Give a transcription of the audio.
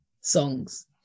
songs